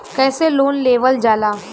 कैसे लोन लेवल जाला?